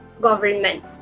government